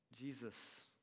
Jesus